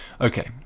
okay